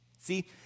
See